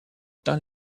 tain